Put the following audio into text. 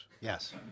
Yes